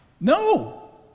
no